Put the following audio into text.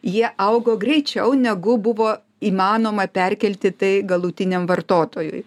jie augo greičiau negu buvo įmanoma perkelti tai galutiniam vartotojui